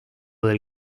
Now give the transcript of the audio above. del